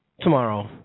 Tomorrow